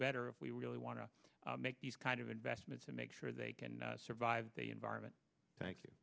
better if we really want to make these kind of investments and make sure they can survive the environment thank you